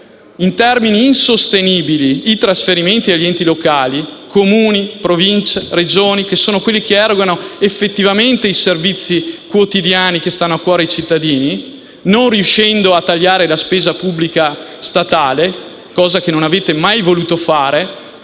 in termini insostenibili i trasferimenti agli enti locali, Comuni, Province e Regioni che sono quelli che erogano effettivamente i servizi quotidiani che stanno a cuore ai cittadini, perché non siete riusciti a tagliare la spesa pubblica statale; cosa che non avete mai voluto,